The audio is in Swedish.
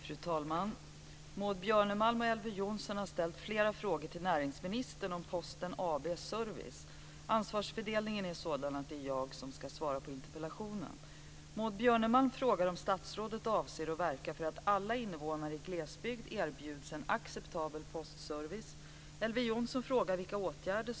Fru talman! Maud Björnemalm och Elver Jonsson har ställt flera frågor till näringsministern om Posten AB:s service. Ansvarsfördelningen är sådan att det är jag som ska svara på interpellationen.